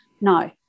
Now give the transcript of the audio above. No